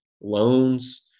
loans